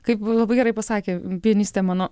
kaip labai gerai pasakė pianistė mano